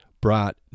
brought